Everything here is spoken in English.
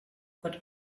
but